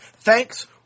Thanks